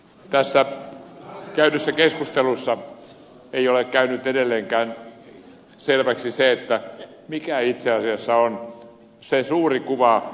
tässä käydyssä keskustelussa ei ole käynyt edelleenkään selväksi se mikä itse asiassa on se suuri kuva euroalueen taloudesta